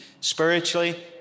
spiritually